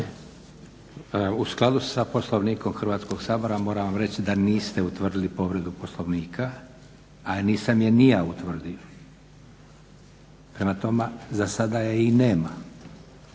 U skladu sa Poslovnikom Hrvatskog sabora moram vam reći da niste utvrdili povredu Poslovnika, a nisam je ni ja utvrdio. Prema tome, zasada je i nema